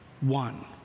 one